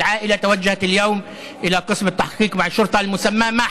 והמשפחה פנתה היום למחלקה לחקירות שוטרים,